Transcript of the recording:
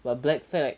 but black flag right